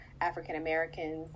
African-Americans